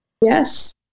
Yes